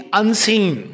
unseen